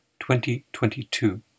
2022